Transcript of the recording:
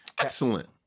Excellent